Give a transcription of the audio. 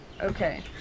Okay